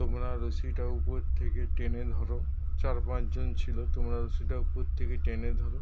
তোমরা রশিটা উপর থেকে টেনে ধরো চার পাঁচ জন ছিল তোমরা রশিটা ওপর থেকে টেনে ধরো